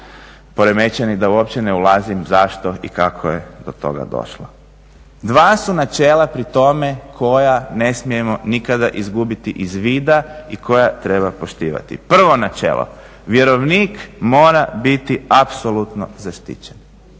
poremećeni da uopće ne ulazim zašto i kako je do toga došlo. Dva su načela pri tome koja ne smijemo nikada izgubiti iz vida i koja treba poštivati. Prvo načelo. Vjerovnik mora biti apsolutno zaštićen